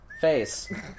Face